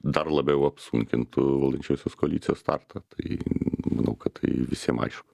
dar labiau apsunkintų valdančiosios koalicijos startą tai manau kad tai visiem aišku